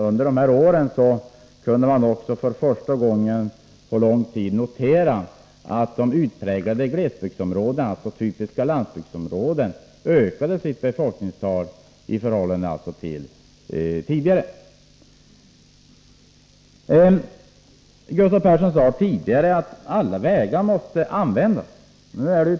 Under de här åren kunde man också för första gången på lång tid notera att de utpräglade glesbygdsområdena — alltså typiska landsbygdsområden — ökade sitt befolkningstal i förhållande till tidigare. Gustav Persson sade tidigare att alla vägar måste användas.